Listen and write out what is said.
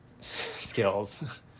skills